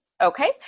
Okay